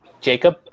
jacob